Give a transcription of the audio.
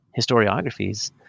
historiographies